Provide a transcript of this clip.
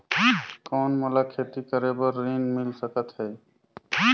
कौन मोला खेती बर ऋण मिल सकत है?